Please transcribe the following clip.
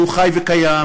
שהוא חי וקיים,